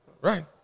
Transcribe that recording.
Right